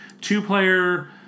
two-player